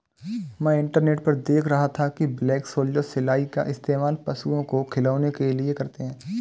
मैं इंटरनेट पर देख रहा था कि ब्लैक सोल्जर सिलाई का इस्तेमाल पशुओं को खिलाने के लिए करते हैं